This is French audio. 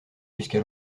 jusqu’à